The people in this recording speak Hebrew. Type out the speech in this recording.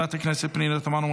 חברת הכנסת פנינה תמנו,